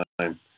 time